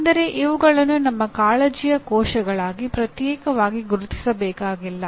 ಅಂದರೆ ಇವುಗಳನ್ನು ನಮ್ಮ ಕಾಳಜಿಯ ಕೋಶಗಳಾಗಿ ಪ್ರತ್ಯೇಕವಾಗಿ ಗುರುತಿಸಬೇಕಾಗಿಲ್ಲ